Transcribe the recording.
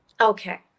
okay